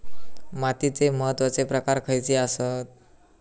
मातीचे महत्वाचे प्रकार खयचे आसत?